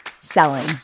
selling